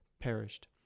perished